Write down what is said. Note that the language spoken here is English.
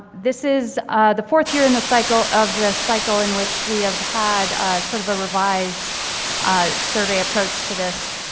this is the fourth year in the cycle of the cycle in which we have had sort of a revised survey approach to this.